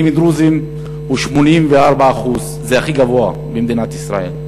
דרוזים הוא 84%; זה הכי גבוה במדינת ישראל.